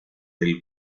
del